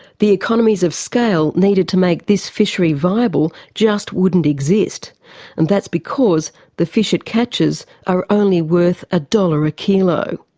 the economies of scale needed to make this fishery viable just wouldn't exist and that's because the fish it catches are only worth a dollar a kilo.